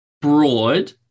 broad